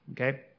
okay